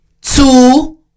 two